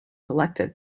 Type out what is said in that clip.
elected